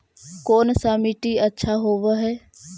कोन सा मिट्टी अच्छा होबहय?